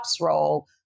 role